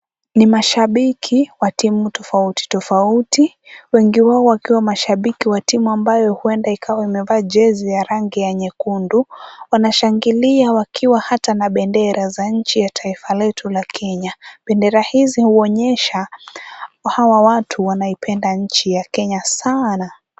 Ni mashabiki wa timu tofauti tofauti, wengi wao wakiwa mashabiki wa timu ambayo huenda ikawa imevaa jezi ya rangi ya nyekundu, wanashangilia wakiwa hata na bendera za nchi ya taifa letu la Kenya ,bendera hizi huonyesha hawa watu wanaipenda nchi ya Kenya sana.